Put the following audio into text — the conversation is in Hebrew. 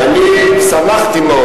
ואני שמחתי מאוד,